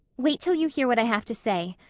wait til you hear what i have to say.